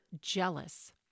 jealous